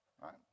Right